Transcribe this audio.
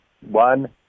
One